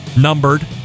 Numbered